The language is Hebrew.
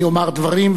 אני אומר דברים,